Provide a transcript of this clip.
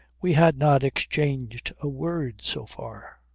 we had not exchanged a word so far.